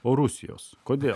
o rusijos kodėl